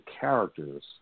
characters